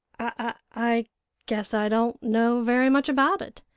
i i guess i don't know very much about it.